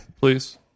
please